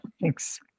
thanks